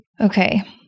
Okay